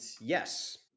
yes